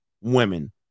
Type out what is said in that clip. women